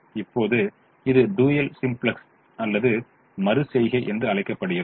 இப்போது இது dual simplex அல்லது மறு செய்கை என்று அழைக்கப்படுகிறது